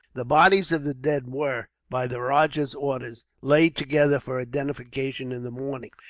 the bodies of the dead were, by the rajah's orders, laid together for identification in the morning.